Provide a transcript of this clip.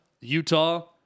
Utah